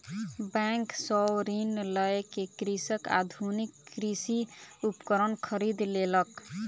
bank सॅ ऋण लय के कृषक आधुनिक कृषि उपकरण खरीद लेलक